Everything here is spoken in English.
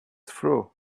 through